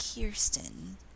Kirsten